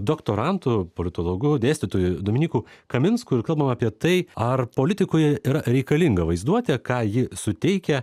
doktorantu politologu dėstytoju dominyku kaminsku ir kalbam apie tai ar politikui yra reikalinga vaizduotė ką ji suteikia